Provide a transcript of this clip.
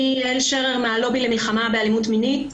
אני מן הלובי למלחמה באלימות מינית.